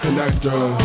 Connector